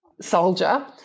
soldier